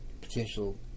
potential